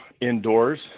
indoors